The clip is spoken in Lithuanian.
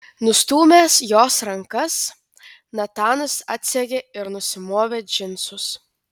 nustūmęs jos rankas natanas atsegė ir nusimovė džinsus